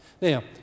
Now